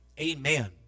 Amen